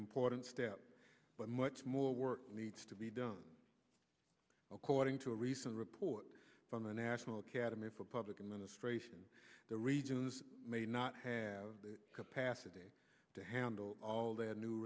important step but much more work needs to be done according to a recent report from the national academy for public and ministration the regions may not have the capacity to handle all the new